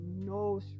no